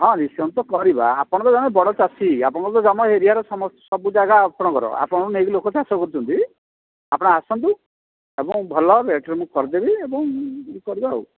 ହଁ ଡିସ୍କାଉଣ୍ଟ୍ ତ କରିବା ଆପଣ ତ ଜଣେ ବଡ଼ ଚାଷୀ ଆପଣଙ୍କର ତ ଜମ ଏରିଆର ସମସ୍ତେ ସବୁ ଜାଗା ଆପଣଙ୍କର ଆପଣଙ୍କଠୁ ନେଇକି ଲୋକ ଚାଷ କରୁଛନ୍ତି ଆପଣ ଆସନ୍ତୁ ଏବଂ ଭଲ ରେଟ୍ରେ ମୁଁ କରିଦେବି ଏବଂ ଇଏ କରିବା ଆଉ